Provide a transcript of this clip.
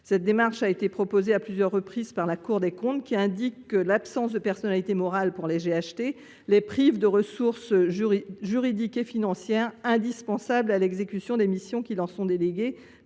La démarche a été proposée à plusieurs reprises par la Cour des comptes, selon laquelle l’absence de personnalité morale pour les GHT les prive de ressources juridiques et financières nécessaires à l’exécution des missions qui leur sont déléguées